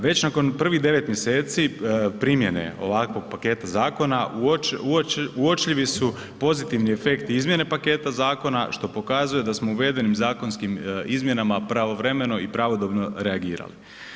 Već nakon prvih devet mjeseci primjene ovakve primjene zakona uočljivi su pozitivni efekti izmjene paketa zakona što pokazuje da smo uvedenim zakonskim izmjenama pravovremeno i pravodobno reagirali.